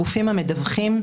הגופים המדווחים,